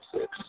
Six